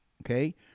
Okay